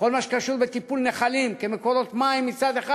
בכל מה שקשור לטיפול בנחלים כמקורות מים מצד אחד,